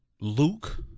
luke